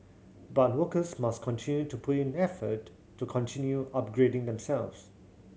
but workers must continue to put in effort to continue upgrading themselves